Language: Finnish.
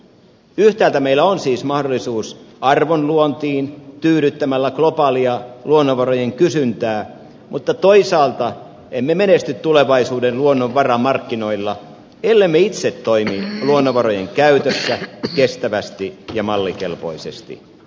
yhtäältä meillä on siis mahdollisuus arvon luontiin tyydyttämällä globaalia luonnonvarojen kysyntää mutta toisaalta emme menesty tulevaisuuden luonnonvaramarkkinoilla ellemme itse toimi luonnonvarojen käytössä kestävästi ja mallikelpoisesti